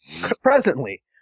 Presently